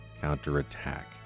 counterattack